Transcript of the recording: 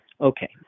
okay